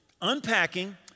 unpacking